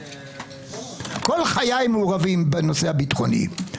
כל חיי מעורבים בנושא הביטחוני,